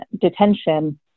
detention